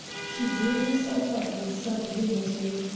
she drew herself up with sudden dignity.